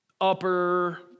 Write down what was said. upper